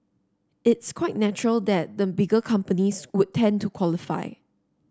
it's quite natural that the bigger companies would tend to qualify